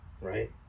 Right